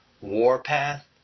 Warpath